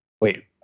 Wait